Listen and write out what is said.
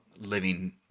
living